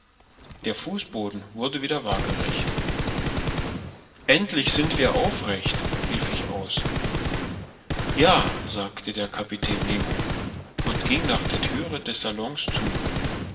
der fußboden wurde wieder wagerecht endlich sind wir aufrecht rief ich aus ja sagte der kapitän nemo und ging nach der thüre des salons zu